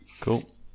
Cool